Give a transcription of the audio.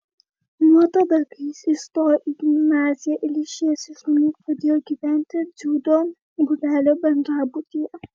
nuo tada kai jis įstojo į gimnaziją ir išėjęs iš namų pradėjo gyventi dziudo būrelio bendrabutyje